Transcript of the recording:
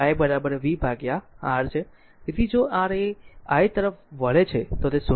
તેથી જો R એ I તરફ વળે છે તો તે 0